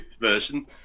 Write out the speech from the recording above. version